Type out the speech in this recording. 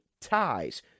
ties